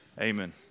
Amen